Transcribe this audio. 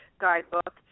guidebook